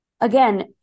Again